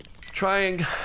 Trying